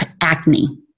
acne